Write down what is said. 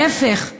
להפך,